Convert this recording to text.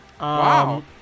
Wow